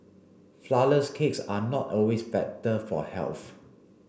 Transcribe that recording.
flour less cakes are not always better for health